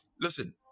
listen